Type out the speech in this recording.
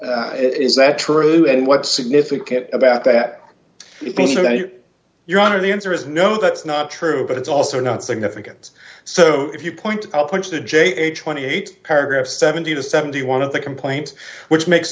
it is that true and what's significant about that your honor the answer is no that's not true but it's also not significant so if you point out which the j h twenty eight paragraph seventy to seventy one of the complaint which makes